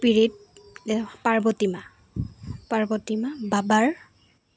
পৰিত পাৰ্বতী মা পাৰ্বতী মা বাবাৰ